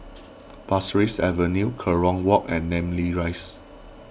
Pasir Ris Avenue Kerong Walk and Namly Rise